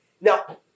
Now